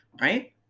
right